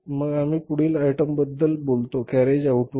मग आम्ही पुढील आयटमबद्दल बोलतो कॅरेज आऊटवर्ड